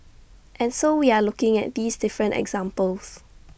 and so we are looking at these different examples